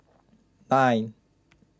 nine